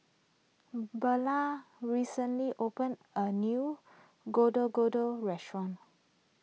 Beulah recently opened a new Gado Gado restaurant